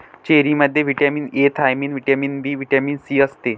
चेरीमध्ये vitamin A, thiamine, vitamin B, vitamin C असते